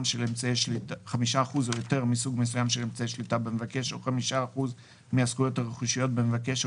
של אמצעי שליטה במבקש או 5% מהזכויות הרכושיות במבקש,